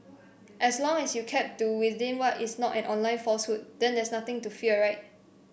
so long as you keep to within what is not an online falsehood then there's nothing to fear right